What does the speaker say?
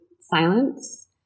silence